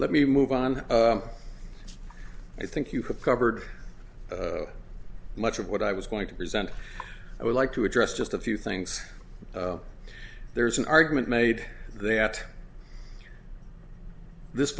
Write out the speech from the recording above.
let me move on i think you have covered much of what i was going to present i would like to address just a few things there's an argument made that this